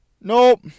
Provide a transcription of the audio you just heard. nope